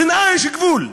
גם לשנאה יש גבול.